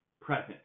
present